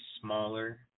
smaller